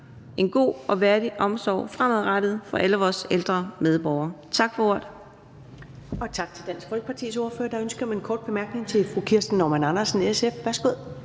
en god og værdig omsorg fremadrettet for alle vores ældre medborgere.